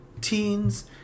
teens